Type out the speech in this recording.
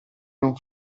non